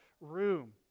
room